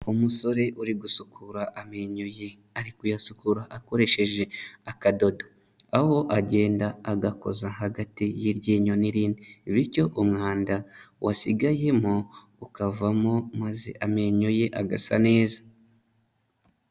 Umusore uri gusukura amenyo ye. Ari kuyasukura akoresheje akadodo. Aho agenda agakoza hagati y'iryinyo n'irindi bityo umwanda wasigayemo, ukavamo maze amenyo ye agasa neza.